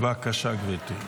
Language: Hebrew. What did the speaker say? בבקשה, גברתי.